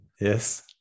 yes